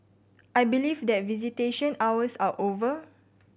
I believe that visitation hours are over